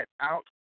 out